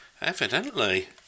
Evidently